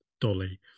dolly